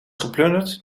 geplunderd